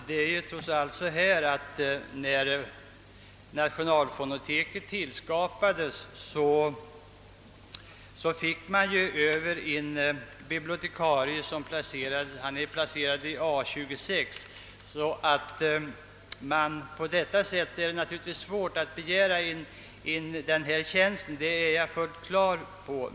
Herr talman! När nationalfonoteket tillskapades överförde man dit en bibliotekarie, som är placerad i A 26. Därför är det naturligtvis svårt att nu begära denna tjänst.